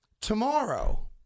Tomorrow